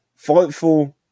Fightful